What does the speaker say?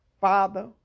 Father